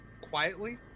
quietly